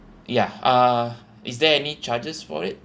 ya uh is there any charges for it